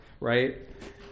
right